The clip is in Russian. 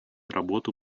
работу